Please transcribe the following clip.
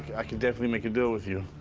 i could definitely make a deal with you.